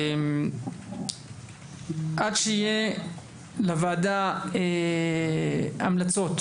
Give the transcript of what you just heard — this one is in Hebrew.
עד שיהיו לוועדה המלצות,